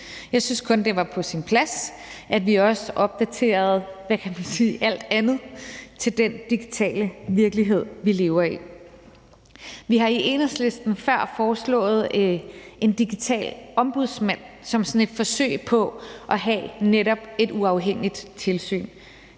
Jeg synes kun, det var på sin plads, at vi også opdaterede, hvad kan man sige, alt andet i forhold til den digitale virkelighed, vi lever i. Vi har i Enhedslisten før foreslået en digital ombudsmand som sådan et forsøg på netop at have et uafhængigt tilsyn.